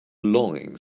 longing